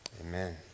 Amen